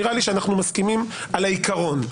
נראה לי שאנחנו מסכימים על העיקרון.